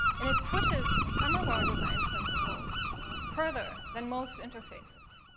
and it pushes some of our design principles further than most interfaces.